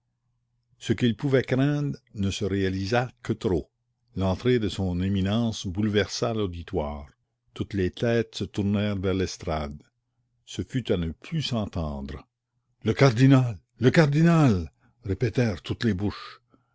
ce qu'il pouvait craindre ne se réalisa que trop l'entrée de son éminence bouleversa l'auditoire toutes les têtes se tournèrent vers l'estrade ce fut à ne plus s'entendre le cardinal le cardinal répétèrent toutes les bouches